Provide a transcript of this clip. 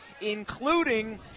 including